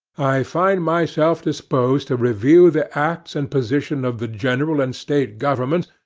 i find myself disposed to review the acts and position of the general and state governments,